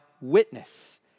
witness